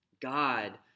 God